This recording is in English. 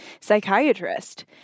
psychiatrist